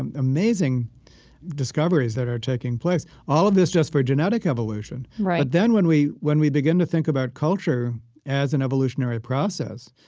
and amazing discoveries that are taking place, all of this just for genetic evolution. but then when we when we begin to think about culture as an evolutionary process,